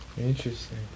Interesting